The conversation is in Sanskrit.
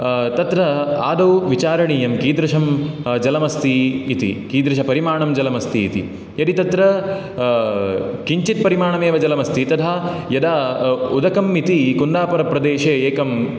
तत्र आदौ विचारणीयं कीदृशं जलमस्ति इति कीदृशपरिमाणं जलमस्ति इति यदि तत्र किञ्चित् परिमाणमेव जलमस्ति तदा यदा उदकम् इति कुन्दापुरप्रदेशे एकम्